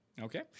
Okay